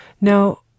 Now